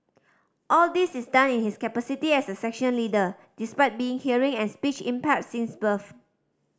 all this is done in his capacity as a section leader despite being hearing and speech impaired since birth